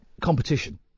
Competition